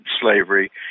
slavery